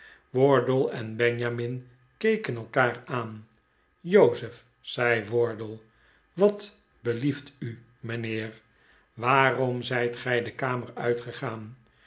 wardle en benjamin keken elkaar aan jozef riep wardle wat belieft u mijnheer waarom zijt gij de kamer uitgegaan